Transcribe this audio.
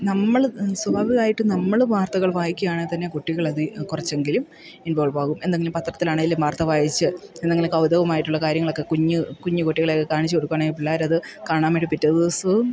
നമ്മൾ സ്വാഭാവികമായിട്ടും നമ്മൾ വാർത്തകൾ വായിക്കുകയാണെ തന്നെ കുട്ടികളത് കുറച്ചെങ്കിലും ഇൻവോൾവാകും എന്തെങ്കിലും പത്രത്തിലാണെങ്കിലും വാർത്ത വായിച്ച് എന്തെങ്കിലും കൗതുകമായിട്ടുള്ള കാര്യങ്ങളൊക്കെ കുഞ്ഞ് കുഞ്ഞ് കുട്ടികളൊക്കെ കാണിച്ചു കൊടുക്കുകയാണെങ്കിൽ പിള്ളേരത് കാണാൻ വേണ്ടി പിറ്റേ ദിവസവും